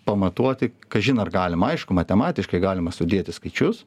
pamatuoti kažin ar galima aišku matematiškai galima sudėti skaičius